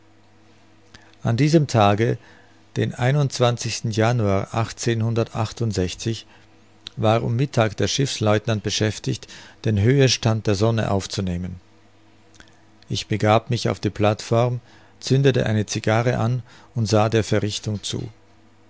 an diesem tage den januar war um mittag der schiffslieutenant beschäftigt den höhestand der sonne aufzunehmen ich begab mich auf die plateform zündete eine cigarre an und sah der verrichtung zu